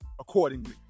accordingly